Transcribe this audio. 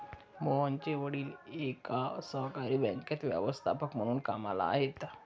मोहनचे वडील एका सहकारी बँकेत व्यवस्थापक म्हणून कामला आहेत